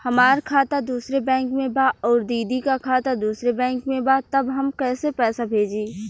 हमार खाता दूसरे बैंक में बा अउर दीदी का खाता दूसरे बैंक में बा तब हम कैसे पैसा भेजी?